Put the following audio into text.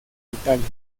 italia